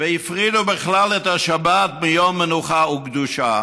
והפרידו בכלל את השבת מיום מנוחה וקדושה,